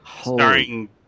Starring